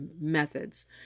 methods